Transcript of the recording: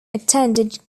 attended